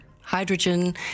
hydrogen